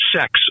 sex